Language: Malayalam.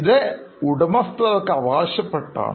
ഇത് ഉടമസ്ഥർക്ക് അവകാശപ്പെട്ടതാണ്